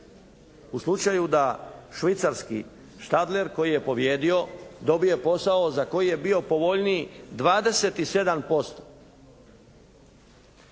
U slučaju da švicarski «Stadler» koji je pobijedio dobio posao za koji je bio povoljniji 27%.